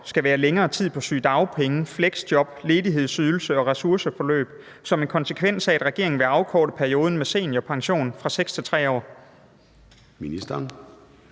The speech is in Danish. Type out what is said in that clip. skal være længere tid på sygedagpenge, fleksjob, ledighedsydelse og ressourceforløb som en konsekvens af, at regeringen vil afkorte perioden med seniorpension fra 6 til 3 år?